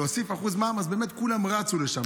להוסיף 1% מע"מ, אז באמת כולם רצו לשם.